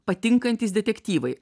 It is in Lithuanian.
patinkantys detektyvai